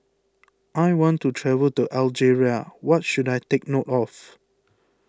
I want to travel to Algeria what should I take note of